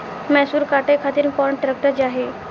मैसूर काटे खातिर कौन ट्रैक्टर चाहीं?